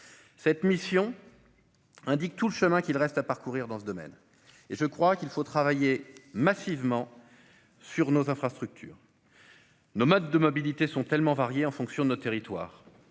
Cette mission montre tout le chemin qu'il reste à parcourir dans ce domaine. Il nous faut travailler massivement sur nos infrastructures. Les modes de mobilité sont très variés selon les territoires.